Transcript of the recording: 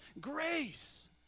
grace